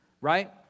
right